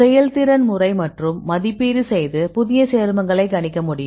செயல்திறன் முறை மற்றும் மதிப்பீடு செய்து புதிய சேர்மங்களை கணிக்க முடியும்